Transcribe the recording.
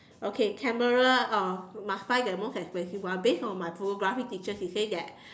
okay camera uh must buy the most expensive one based on my photographic teacher he said that